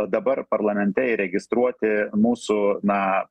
dabar parlamente įregistruoti mūsų na